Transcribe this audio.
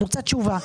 אני רוצה תשובה.